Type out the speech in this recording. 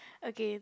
okay